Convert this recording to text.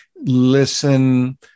listen